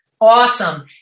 Awesome